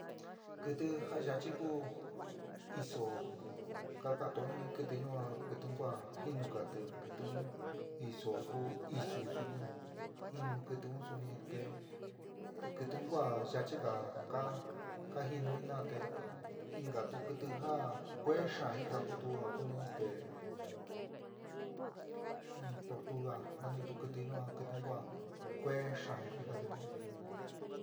Kɨtɨ ja yaachi ku iso ka ka'anto jin kɨtɨ ñua. kɨtɨ un kua jinugati kɨtɨ un iso kuu, isu suni, jinu kɨtɨ un suni te kɨtɨ un ku ja yachigá ka ka jínu jina'a te inkatu kɨtɨ ja kueé xa'an jikakutu ja ku ni este tortuga nanitu kɨtɨ ñua kɨtɨ un kua kueée xaán jika kɨtɨ un.